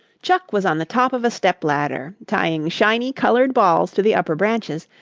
chuck was on the top of a stepladder, tying shiny colored balls to the upper branches,